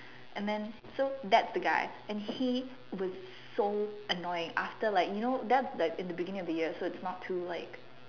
and then so that's the guy and he was so annoying after like you know that's like in the beginning of the year so it's not too like